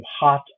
hot